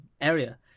area